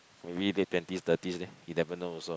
maybe late twenties thirties leh you never know also